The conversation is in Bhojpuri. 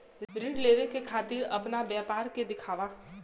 ऋण लेवे के खातिर अपना व्यापार के दिखावा?